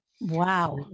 Wow